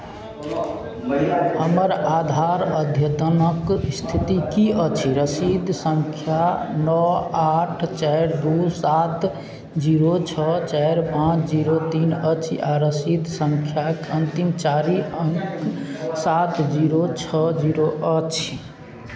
हमर आधार अद्यतनक स्थिति की अछि रसीद सङ्ख्या नओ आठ चारि दू सात जीरो छओ चारि पाँच जीरो तीन अछि आ रसीद सङ्ख्याक अन्तिम चारि अङ्क सात जीरो छओ जीरो अछि